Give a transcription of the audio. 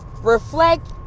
Reflect